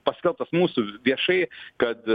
paskelbtas mūsų viešai kad